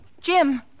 Jim